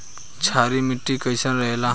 क्षारीय मिट्टी कईसन रहेला?